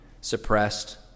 suppressed